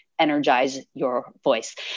energizeyourvoice